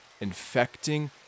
infecting